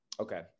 Okay